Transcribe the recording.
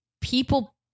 people